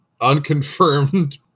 Unconfirmed